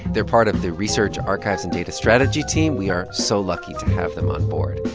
they're part of the research archives and data strategy team. we are so lucky to have them on board.